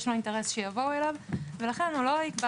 יש לו אינטרס שיבואו אליו ולכן הוא לא יקבע